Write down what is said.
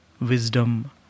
wisdom